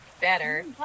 Better